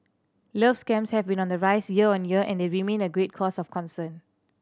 love scams have been on the rise year on year and they remain a great cause of concern